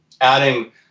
adding